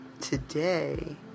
today